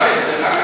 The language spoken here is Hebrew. זאב.